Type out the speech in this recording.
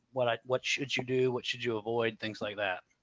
what, ah what should you do? what should you avoid? things like that?